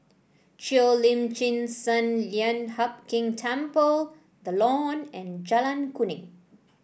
Cheo Lim Chin Sun Lian Hup Keng Temple The Lawn and Jalan Kuning